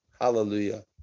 Hallelujah